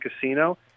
Casino